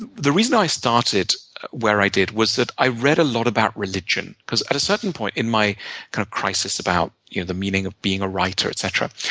the reason i started where i did was that i read a lot about religion. because at a certain point in my kind of crisis about you know the meaning of being a writer, writer, etc,